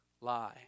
lie